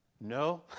No